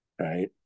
right